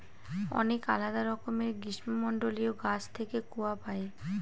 অনেক আলাদা রকমের গ্রীষ্মমন্ডলীয় গাছ থেকে কূয়া পাই